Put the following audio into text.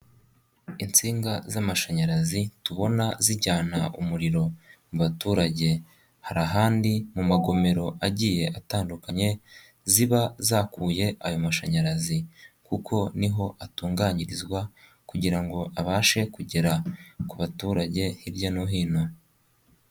Insinga z' amashanyarazi tubona zijyana umuriro mu baturage hari ahandi mu magomero agiye atandukanye, ziba zakuye ayo mashanyarazi, kuko niho atunganyirizwa kugira ngo abashe kugera ku baturage, hirya no hino.